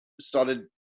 started